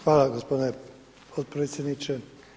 Hvala gospodine potpredsjedniče.